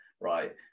right